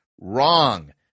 Wrong